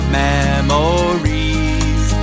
memories